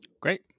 Great